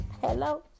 Hello